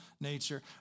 nature